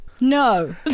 No